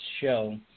show